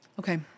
Okay